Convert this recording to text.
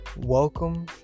Welcome